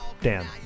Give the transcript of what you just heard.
Dan